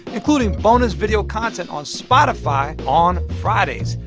including bonus video content on spotify on fridays.